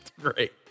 great